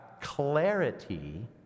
clarity